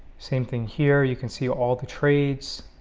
same thing here you can see all the trades